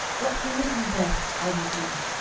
what seemeth you best i will do.